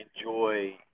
enjoy